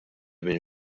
minn